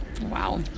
Wow